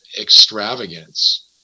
extravagance